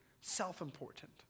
self-important